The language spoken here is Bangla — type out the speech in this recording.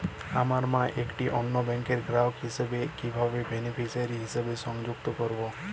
আমার মা একটি অন্য ব্যাংকের গ্রাহক হিসেবে কীভাবে বেনিফিসিয়ারি হিসেবে সংযুক্ত করব?